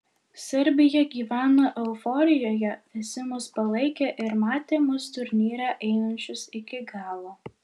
serbija gyveno euforijoje visi mus palaikė ir matė mus turnyre einančius iki galo